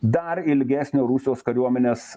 dar ilgesnio rusijos kariuomenės